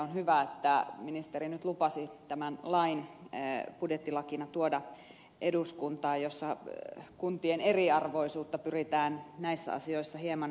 on hyvä että ministeri nyt lupasi budjettilakina tuoda eduskuntaan tämän lain jossa kuntien eriarvoisuutta pyritään näissä asioissa hieman vähentämään